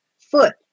foot